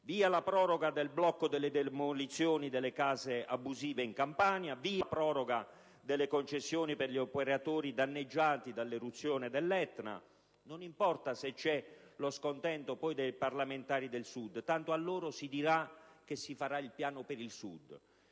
Via la proroga del blocco alle demolizioni delle case abusive in Campania, via la proroga delle concessioni per gli operatori danneggiati dall'eruzione dell'Etna. Non importa poi se c'è lo scontento dei parlamentari del Sud: tanto a loro si dirà che si farà il piano per il Sud.